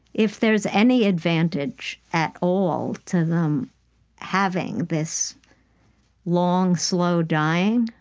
if there's any advantage at all to them having this long, slow dying,